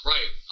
Right